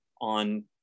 on